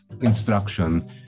instruction